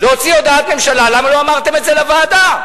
להוציא הודעת ממשלה, למה לא אמרת את זה לוועדה?